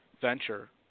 venture